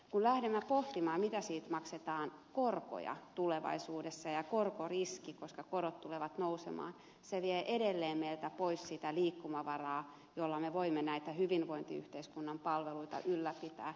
kun lähdemme pohtimaan mitä siitä maksetaan korkoja tulevaisuudessa ja korkoriskiä koska korot tulevat nousemaan se vie edelleen meiltä pois sitä liikkumavaraa jolla me voimme näitä hyvinvointiyhteiskunnan palveluita ylläpitää